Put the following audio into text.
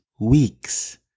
weeks